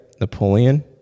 napoleon